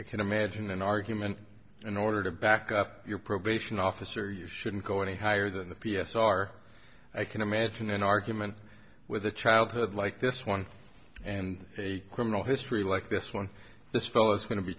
i can imagine an argument in order to back up your probation officer you shouldn't go any higher than the p s r i can imagine an argument with a childhood like this one and a criminal history like this one this fellow